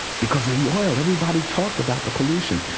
because of the oil, everybody talked about the polllution.